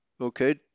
Okay